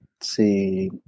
See